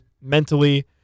mentally